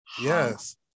Yes